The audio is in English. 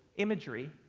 imagery,